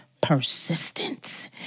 Persistence